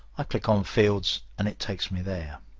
i click on fields and it takes me there.